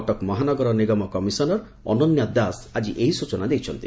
କଟକ ମହାନଗର ନିଗମ କମିଶନର୍ ଅନନ୍ୟା ଦାସ ଆକି ଏହି ସୂଚନା ଦେଇଛନ୍ତି